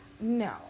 no